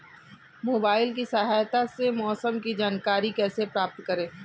Mobile की सहायता से मौसम की जानकारी कैसे प्राप्त करें?